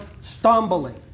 stumbling